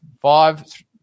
five